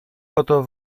oto